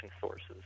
sources